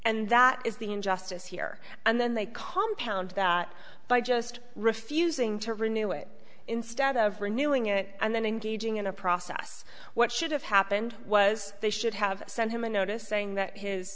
and that is the injustice here and then they compound that by just refusing to renew it instead of renewing it and then engaging in a process what should have happened was they should have sent him a notice saying that his